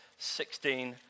16